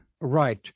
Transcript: Right